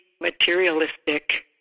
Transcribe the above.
materialistic